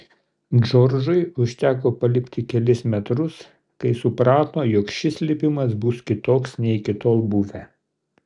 džordžui užteko palipti kelis metrus kai suprato jog šis lipimas bus kitoks nei iki tol buvę